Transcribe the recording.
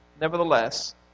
Nevertheless